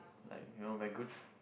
like you know very good